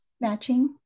matching